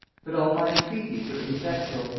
but all my entreaties were ineffectual,